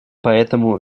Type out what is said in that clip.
поэтому